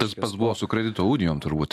tas pats buvo su kredito unijom turbūt